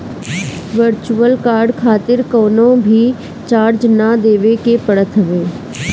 virtual card खातिर कवनो भी चार्ज ना देवे के पड़त हवे